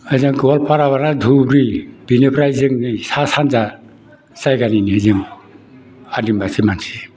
गवालपारा बारना धुबुरि बिनिफ्राय जोंनि सा सानजा जायगानिनो जों हारिनि मानसि